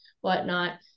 whatnot